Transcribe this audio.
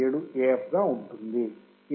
7 AF గా ఉంటుంది